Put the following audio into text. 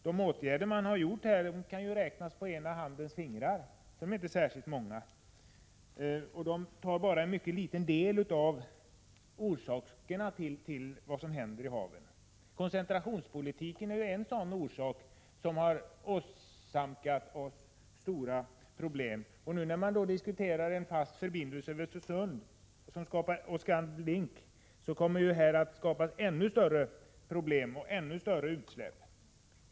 De åtgärder som har vidtagits kan räknas på ena handens fingrar — de är inte särskilt många. De gäller också endast en mycket liten del av orsakerna till vad som händer i haven. Koncentrationspolitiken har åsamkat oss stora problem. Nu diskuteras en fast förbindelse över Öresund samt Scan Link. Detta kommer att innebära ännu större problem och ännu större utsläpp.